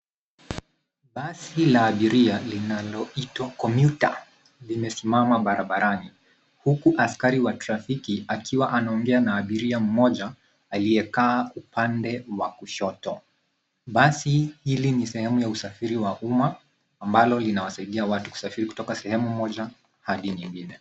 Basi la abiria linaloitwa Cummuter limesimama barabarani huku askari wa trafiki akiwa anaongea na abiria mmoja aliyekaa upande wa kushoto. Basi hili ni sehemu ya usafiri wa umma ambalo linawasaidia watu kusafiri kutoka sehemu moja adi nyingine.